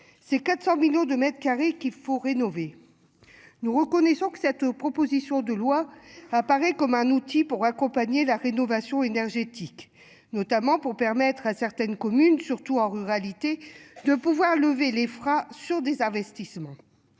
ces 400 millions de mètres carrés qu'il faut rénover. Nous reconnaissons que cette proposition de loi apparaît comme un outil pour accompagner la rénovation énergétique, notamment pour permettre à certaines communes surtout en ruralité de pouvoir lever les freins sur des investissements.